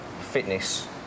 fitness